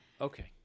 okay